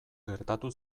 gertatu